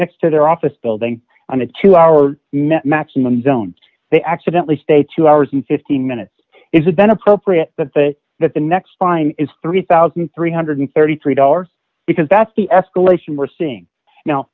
next to their office building on a two hour maximum zone they accidently stay two hours and fifteen minutes is a ben appropriate that that that the next line is three thousand three hundred and thirty three dollars because that's the escalation we're seeing now